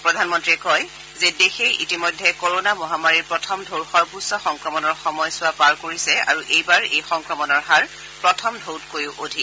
প্ৰধামন্ত্ৰীয়ে কয় যে দেশে ইতিমধ্যে কৰণা মহামাৰীৰ প্ৰথম টৌৰ সৰ্বোচ্চ সংক্ৰমণৰ সময়চোৱা পাৰ কৰিছে আৰু এইবাৰ এই সংক্ৰমণৰ হাৰ প্ৰথম টৌতকৈও অধিক